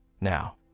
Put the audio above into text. Now